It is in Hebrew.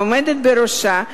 העומדת בראשה,